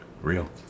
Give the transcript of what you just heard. real